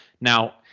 Now